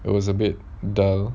it was a bit dull